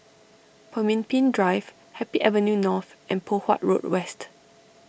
Pemimpin Drive Happy Avenue North and Poh Huat Road West